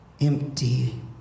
empty